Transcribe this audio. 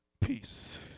peace